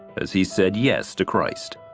as he said yes to christ.